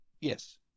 Yes